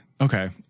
okay